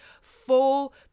full